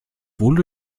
wohl